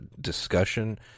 discussion